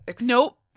Nope